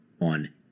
on